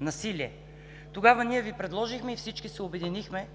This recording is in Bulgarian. насилие. Тогава ние Ви предложихме и всички се обединихме